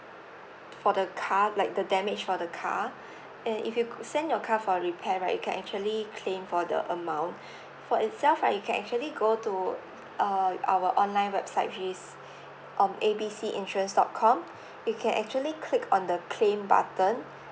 for the car like the damage for the car and if you could send your car for repair right you can actually claim for the amount for itself right you can actually go to uh our online website which is um A B C insurance dot com you can actually click on the claim button